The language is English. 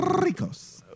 Ricos